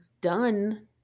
done